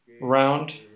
round